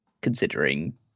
considering